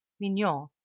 Mignon